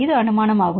இது அனுமானமாகும்